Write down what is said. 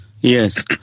Yes